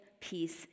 Peace